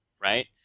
right